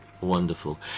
wonderful